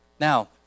Now